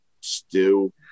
stew